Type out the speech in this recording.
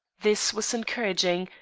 this was encouraging,